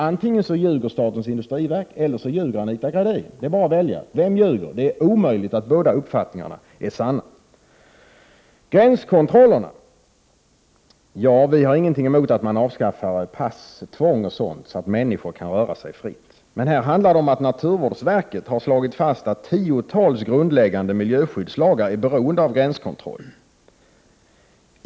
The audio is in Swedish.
Antingen ljuger statens industriverk eller också ljuger Anita Gradin. Det är bara att välja. Vem ljuger? Det är omöjligt att båda uppfattningarna är sanna. Vi har ingenting emot att man avskaffar passtvång o.d., så att människor kan röra sig fritt. Men här handlar det om att naturvårdsverket slagit fast att tiotals grundläggande miljöskyddslagar är beroende av gränskontroll.